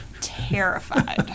terrified